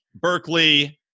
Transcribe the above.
berkeley